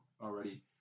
already